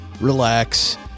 relax